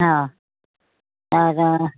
हां तर